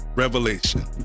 Revelation